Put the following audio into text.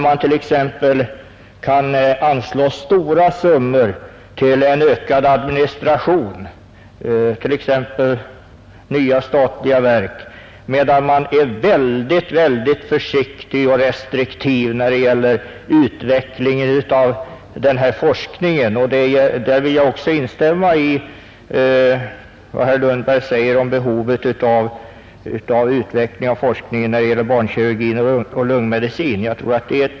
Man kan anslå stora summor till en ökad administration — exempelvis nya statliga verk — medan man är synnerligen försiktig och restriktiv när det gäller utvecklingen av den här forskningen. Jag vill också instämma i vad herr Lundberg sade om behovet av utveckling av forskningen när det gäller barnkirurgi och lungmedicin.